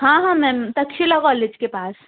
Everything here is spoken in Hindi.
हाँ हाँ मैम तक्षिला कॉलेज के पास